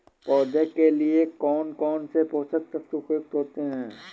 पौधे के लिए कौन कौन से पोषक तत्व उपयुक्त होते हैं?